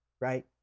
right